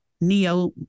Neo